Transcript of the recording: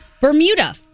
Bermuda